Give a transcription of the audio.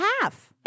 half